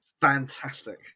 fantastic